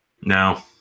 No